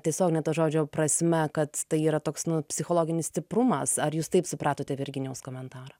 tiesiogine to žodžio prasme kad tai yra toks psichologinis stiprumas ar jūs taip supratote virginijaus komentarą